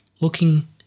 looking